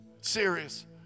serious